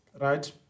right